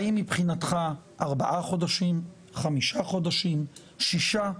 האם מבחינתך ארבעה, חמישה או שישה חודשים?